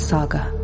Saga